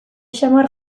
samar